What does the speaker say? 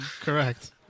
Correct